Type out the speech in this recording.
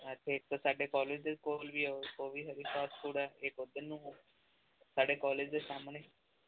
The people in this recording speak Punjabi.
ਸਾਡੇ ਕਾਲਜ ਦੇ ਕੋਲ ਵੀ ਆ ਉਹ ਵੀ ਹੈਗੀ ਫਾਸਟਫੂਡ ਆ ਇੱਕ ਓਧਰ ਨੂੰ ਸਾਡੇ ਕਾਲਜ ਦੇ ਸਾਹਮਣੇ